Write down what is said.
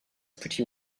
pretty